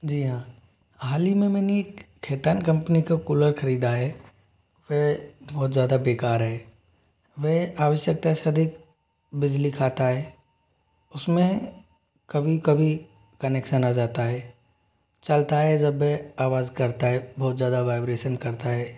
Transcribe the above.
जी हाँ हाल ही में मैंने एक खैतान कम्पनी का कूलर ख़रीदा है वह बहुत ज़्यादा बेकार है वह आवश्यकता से अधिक बिजली खाता है उसमें कभी कभी कनेक्शन आ जाता है चलता है जब वह आवाज़ करता है बहुत ज़्यादा वाइब्रेशन करता है